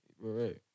Right